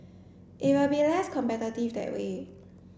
it will be less competitive that way